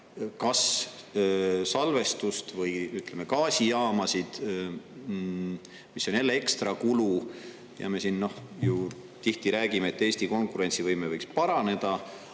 kas salvestust või, ütleme, gaasijaamasid, mis on jälle ekstra kulu. Ja me siin ju tihti räägime, et Eesti konkurentsivõime võiks paraneda,